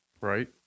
Right